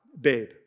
babe